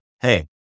hey